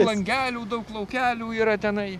langelių daug laukelių yra tenai